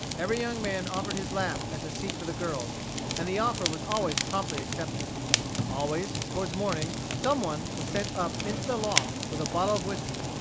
every young man offered his lap as a seat for the girls and the offer was always promptly accepted always, toward morning, some one was sent up into the loft with a bottle of whiskey,